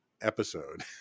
episode